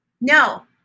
No